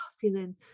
feeling